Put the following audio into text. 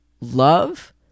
love